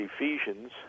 Ephesians